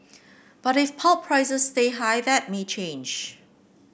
but if pulp prices stay high that may change